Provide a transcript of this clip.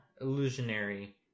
illusionary